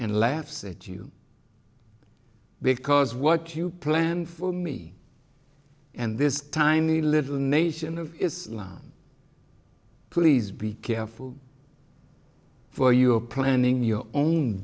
and laughs at you because what you planned for me and this tiny little nation of islam please be careful for your planning your own